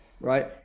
right